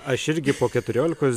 aš irgi po keturiolikos